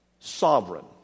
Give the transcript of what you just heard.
sovereign